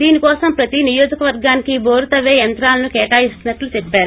దీనికోసం ప్రతి నియోజకవర్గానికి బోరు తప్పే యంత్రాలను కేటాయిస్తున్నట్టు చెప్పారు